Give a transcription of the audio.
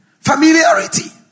familiarity